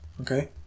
okay